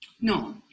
No